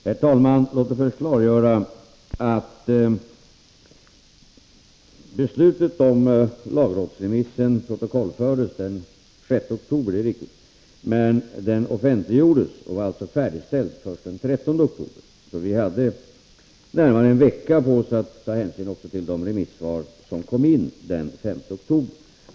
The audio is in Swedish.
Herr talman! Låt mig först klargöra att beslutet om lagrådsremissen protokollfördes den 6 oktober — det är riktigt. Men den offentliggjordes och var alltså färdigställd först den 13 oktober. Vi hade alltså närmare en vecka på oss att ta hänsyn också till de remissvar som kom in den 5 oktober.